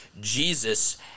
Jesus